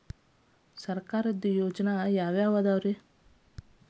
ಸರ್ಕಾರದ ಯೋಜನೆ ಯಾವ್ ಯಾವ್ದ್?